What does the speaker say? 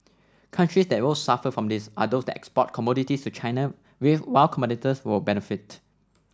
countries that will suffer from this are those that export commodities to China while competitors will benefit